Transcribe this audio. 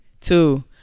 two